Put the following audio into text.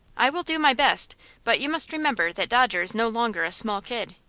i will do my best but you must remember that dodger is no longer a small kid.